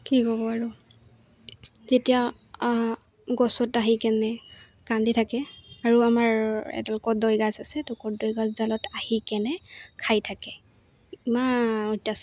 কি ক'ব আৰু যেতিয়া গছত আহি কেনে কান্দি থাকে আৰু আমাৰ এডাল কৰ্দৈ গাছ আছে তো কৰ্দৈ গছডালত আহি কেনে খাই থাকে ইমান